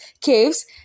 Caves